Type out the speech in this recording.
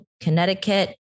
Connecticut